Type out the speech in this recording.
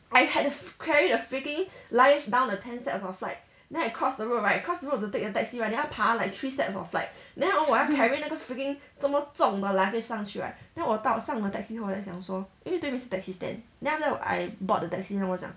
I had to f~ carry the freaking luggage down the ten steps of flight then I cross the road right cross the road to take the taxi right then 要爬 like three steps of flight then hor 我要 carry 那个 freaking 这么重的 luggage 上去 right then 我上了 taxi 后我想说因为对面是 taxi stand then after I board the taxi then 我想